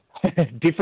Different